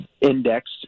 indexed